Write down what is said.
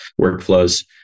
workflows